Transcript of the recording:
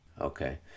Okay